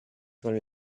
con